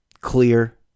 clear